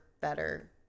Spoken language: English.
better